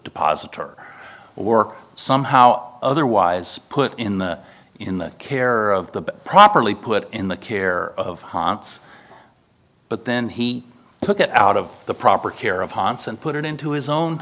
depository or somehow otherwise put in the in the care of the properly put in the care of hans but then he took it out of the proper care of hans and put it into his own